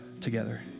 together